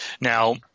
Now –